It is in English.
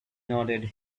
nodded